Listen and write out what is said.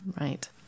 Right